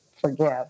forgive